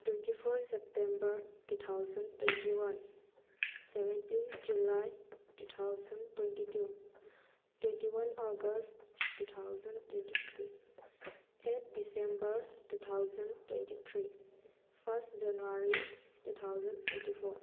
twenty four September two thousand twenty one seventeen July two thousand twenty two twenty one August two thousand twenty three eight December two thousand twenty three first January two thousand twenty four